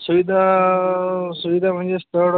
सुविधा सुविधा म्हणजे सर